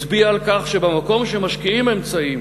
הצביעה על כך שבמקום שמשקיעים אמצעים